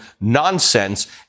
nonsense